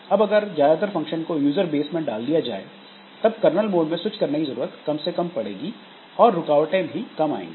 अब अगर ज्यादातर फंक्शन को यूजर बेस में डाल दिया जाए तब कर्नल मोड में स्विच करने की जरूरत कम से कम पड़ेगी और रुकावटें भी कम आएंगी